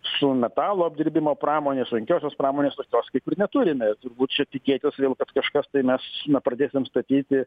su metalo apdirbimo pramonė sunkiosios pramonės tokios kaip ir neturime turbūt čia tikėtis vėl kad kažkas tai mes nepradėsim statyti